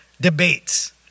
debates